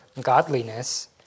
godliness